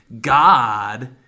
God